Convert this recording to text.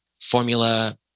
Formula